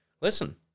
Listen